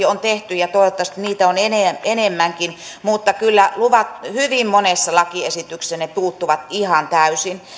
on tehty ja toivottavasti niitä on enemmänkin mutta kyllä hyvin monesta lakiesityksestä ne puuttuvat ihan täysin